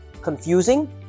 Confusing